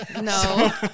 no